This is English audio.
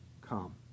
come